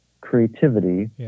creativity